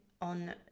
on